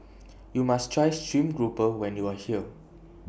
YOU must Try Stream Grouper when YOU Are here